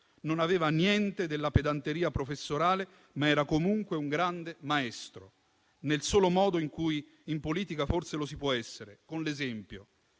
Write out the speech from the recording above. non aveva niente della pedanteria professorale, ma era comunque un grande maestro, nel solo modo in cui in politica forse lo si può essere, ossia con l'esempio.